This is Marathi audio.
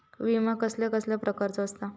विमा कसल्या कसल्या प्रकारचो असता?